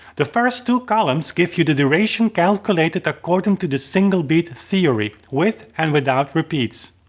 the first two columns give you the duration calculated according to the single beat theory, with and without repeats,